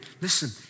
listen